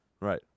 right